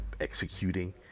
Executing